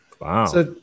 Wow